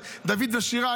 דוד ושירה,